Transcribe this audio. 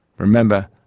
remember,